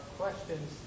questions